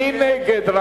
מי נגד?